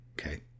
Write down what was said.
okay